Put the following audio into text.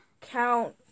count